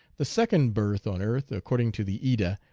the second birth on earth, according to the edda,